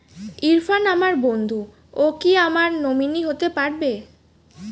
ইরফান আমার বন্ধু ও কি আমার নমিনি হতে পারবে?